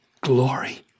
glory